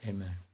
Amen